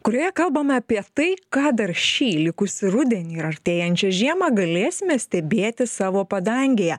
kurioje kalbame apie tai ką dar šį likusį rudenį ir artėjančią žiemą galėsime stebėti savo padangėje